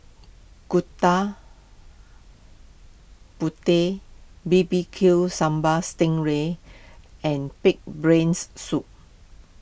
Gooda Putih B B Q Sambal Sting Ray and Pig's Brains Soup